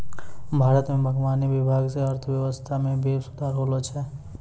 भारत मे बागवानी विभाग से अर्थव्यबस्था मे भी सुधार होलो छै